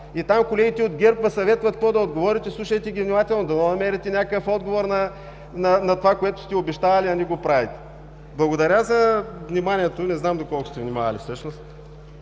Там колегите от ГЕРБ Ви съветват какво да отговорите. Слушайте ги внимателно, дано намерите някакъв отговор на това, което сте обещавали, а не го правите. Благодаря за вниманието, не знам доколко сте внимавали всъщност.